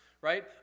right